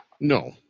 No